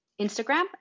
Instagram